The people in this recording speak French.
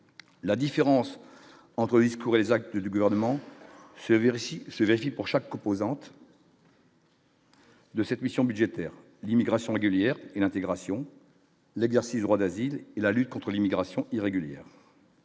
la différence entre discours et les actes du gouvernement, je verrai si j'ai agi pour chaque composante. De cette mission budgétaire l'immigration régulière et l'intégration, l'exercice, droit d'asile et la lutte contre l'immigration irrégulière.